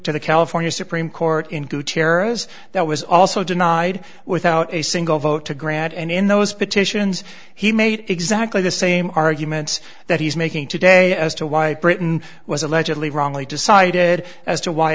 to the california supreme court in gutierrez that was also denied without a single vote to grant and in those petitions he made exactly the same arguments that he's making today as to why britain was allegedly wrongly decided as to why